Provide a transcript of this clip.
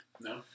No